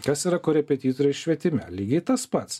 kas yra korepetitoriai švietime lygiai tas pats